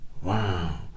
Wow